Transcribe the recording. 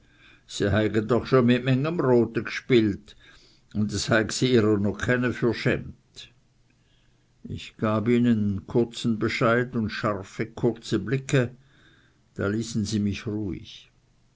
de scho mit mengem rote gspielt u es heig si ihrere no kene verschämt ich gab ihnen kurzen bescheid und scharfe kurze blicke da ließen sie mich ruhig